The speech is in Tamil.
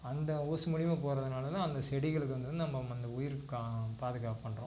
அந்த ஓசு மூலிமா போகிறதுனால தான் அந்தச் செடிகளுக்கு வந்து நம்ம அந்த உயிருக்கு கா பாதுகாப்பு பண்ணுறோம்